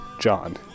John